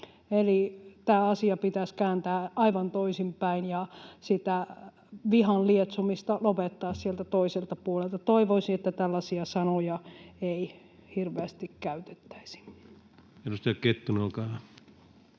tämä asia pitäisi kääntää aivan toisinpäin ja sitä vihan lietsomista lopettaa sieltä toiselta puolelta. Toivoisi, että tällaisia sanoja ei hirveästi käytettäisi. Edustaja Kettunen, olkaa hyvä.